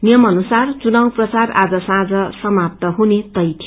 नियम अनुसार चुनाव प्रचार आज साँझ सामाप्त हुने तय थियो